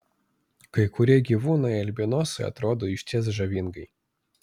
kai kurie gyvūnai albinosai atrodo išties žavingai